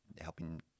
helping